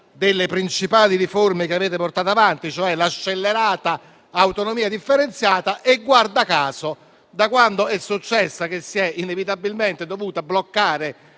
delle principali riforme che avete portato avanti, cioè la scellerata autonomia differenziata e, guarda caso, da quando è successo, si è inevitabilmente dovuta bloccare